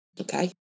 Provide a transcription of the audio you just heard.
Okay